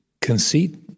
conceit